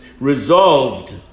resolved